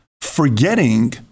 forgetting